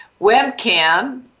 Webcam